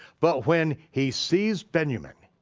but when he sees benjamin,